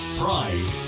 pride